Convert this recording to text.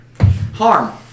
Harm